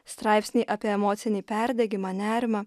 straipsniai apie emocinį perdegimą nerimą